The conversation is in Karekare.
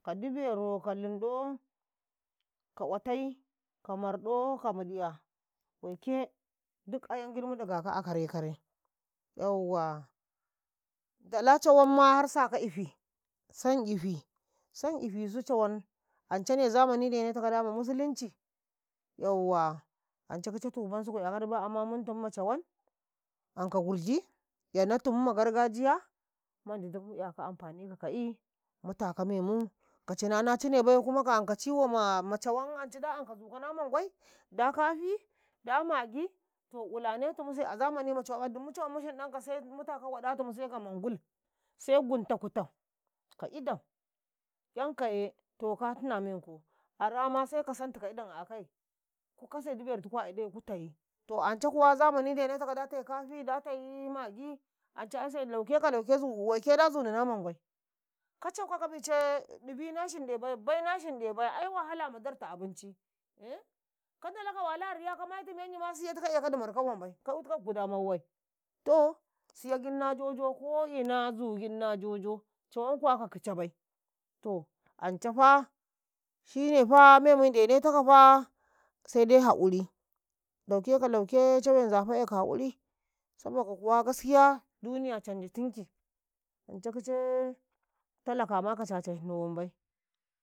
﻿Ka dibero ka linɗo ka ƙwatai ka marɗo ka miɗiya waike giɗ mu dagakau karai-karai, yauwa ndala cawanma saka ifi sanifi san ifisu cawan ancane zamanisu ndene takau ma musulinci yauwa anca kicai tub ansuku 'yakadi bai amma muntumu ma cawan, anka gurdi 'yana tumu ma gargajiya mand giɗ mu'yakau wano kaka'i mu taka memu kai ks cinana cane bai ka anka ciwo ma anka ma, anca da anka zuka na mangwai da kafi da magi to ilane to muse a zamani mcawan, dumu cawan mu shindako sai muta ko wadatumu sai ka mangulsai gunta kuto ka idam 'yankaye to ka hnamenko arama sai kasantika idan a akai, ku kase dibertikuua akai ku tayi to ancai zamani ndenetaka da tayi kafi da tai maggi anca aise lauke-ka lauke da zuni na mangwai. ka cauka ka bicanye ɗibi na shinɗe bai, bayi na shenɗe bai ai wahala ma waɗa ta abinci uhhn kan ndalau ka wali a riya ka maitu menyi ma siyatika ekadi marka wanbai ka 'yutikakau kuda ma wawai toh siyau giɗ na jojo yeke ko ina zu dig na jojo. cawan kuwa ka kicebai to ance fa shine fa memui ndene takafa sedai hakuri lauke ka lauke cawe nzafa'e ka saboka saboka kuwa gaskiya duniya canji tinki ancai kice talaka ma ka caca tini wanmbai.